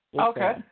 Okay